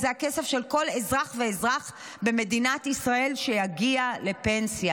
זה הכסף של כל אזרח ואזרח במדינת ישראל שיגיע לפנסיה.